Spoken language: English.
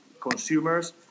consumers